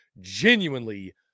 genuinely